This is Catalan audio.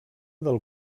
del